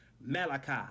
Malachi